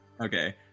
Okay